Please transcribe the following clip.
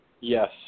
Yes